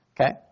okay